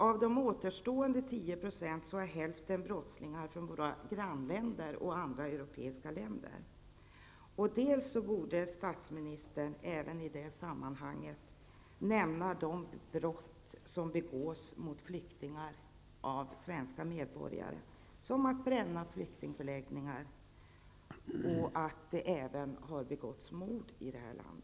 Av de återstånde brotten, 10 %, begås hälften av brottslingar från våra grannländer och andra europeiska länder. Statsministern borde också i detta sammanhang nämna de brott som begås av svenska medborgare mot flyktingar, såsom nedbränning av flyktingförläggningar och även mord.